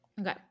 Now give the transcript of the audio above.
Okay